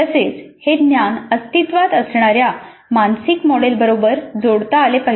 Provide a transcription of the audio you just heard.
तसेच हे ज्ञान अस्तित्वात असणाऱ्या मानसिक मॉडेल बरोबर जोडता आले पाहिजे